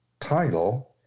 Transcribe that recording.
title